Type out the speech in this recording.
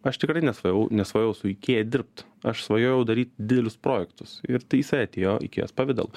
aš tikrai nesvajojau nesvajojau su ikea dirbt aš svajojau daryt didelius projektus ir tai jisai atėjo ikėjos pavidalu